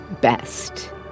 best